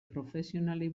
profesionalei